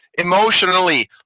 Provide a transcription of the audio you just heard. emotionally